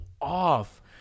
off